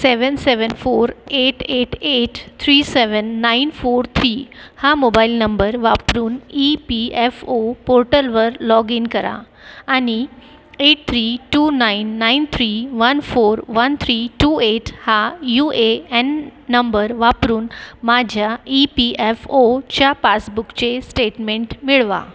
सेवन seven four eight eight eight three seven nine four three हा mobile number वापरून E P F O पोर्टलवर login करा आणि eight three two nine nine three one four one three two eight हा U A N number वापरून माझ्या E P F ओच्या पासबुकचे स्टेटमेंट मिळवा